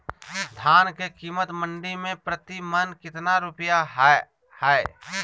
धान के कीमत मंडी में प्रति मन कितना रुपया हाय?